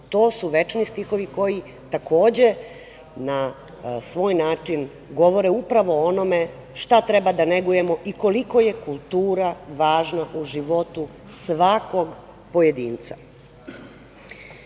to su večni stihovi koji takođe na svoj način govore upravo o onome šta treba da negujemo i koliko je kultura važna u životu svakog pojedinca. Dakle,